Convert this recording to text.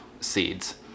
seeds